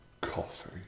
coffee